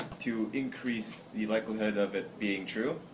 to increase the likelihood of it being true.